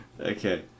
okay